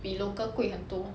比 local 贵很多